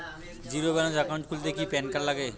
Zero balance account খুলতে কি PAN card লাগে?